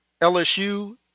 LSU